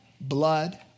blood